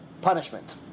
punishment